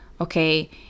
okay